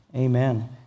Amen